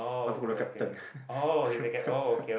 water polo captain